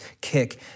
kick